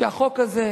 שהחוק הזה,